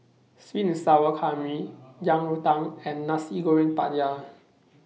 Sweet and Sour Calamari Yang Rou Tang and Nasi Goreng Pattaya